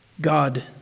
God